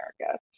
America